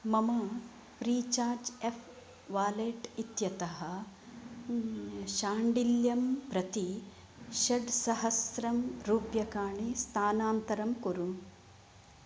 मम FreeCharge F wallet इत्यतः शाण्डिल्यं प्रति षट्सहस्ररूप्यकाणि स्थानान्तरं कुरु